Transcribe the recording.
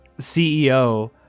CEO